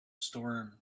storm